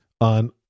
on